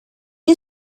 you